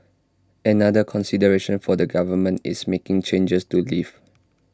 another consideration for the government is making changes to leave